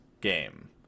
game